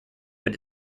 but